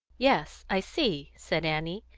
yes, i see, said annie.